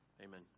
Amen